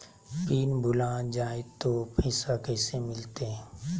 Pin भूला जाई तो पैसा कैसे मिलते?